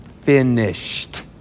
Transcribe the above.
finished